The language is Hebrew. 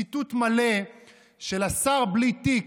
ציטוט מלא של השר בלי תיק,